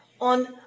on